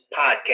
podcast